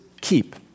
keep